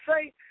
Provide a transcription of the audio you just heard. say